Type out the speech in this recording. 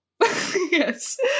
Yes